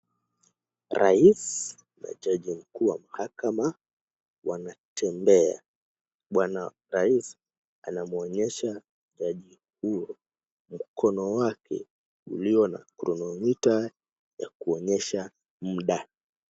Rais na Jaji mkuu wa mahakama wanatembea. Bwana rais anamwonyesha jaji huyo mkono wake ulio na chronometer ya kuonyesha muda.